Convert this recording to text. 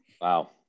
wow